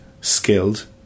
skilled